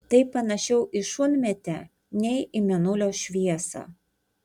tai panašiau į šunmėtę nei į mėnulio šviesą